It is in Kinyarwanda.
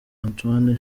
antonio